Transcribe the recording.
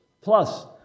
plus